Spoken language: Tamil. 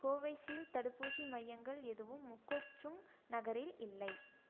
கோவிட்ஷீல்ட் தடுப்பூசி மையங்கள் எதுவும் மொகோக்சும் நகரில் இல்லை